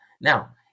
now